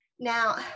Now